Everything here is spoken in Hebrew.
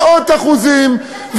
מאות אחוזים,